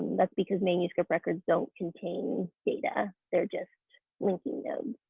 that's because manuscript records don't contain data, they're just linking nodes.